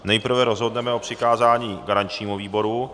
Nejprve rozhodneme o přikázání garančnímu výboru.